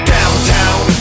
Downtown